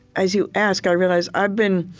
as you ask, i realize i've been